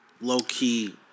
low-key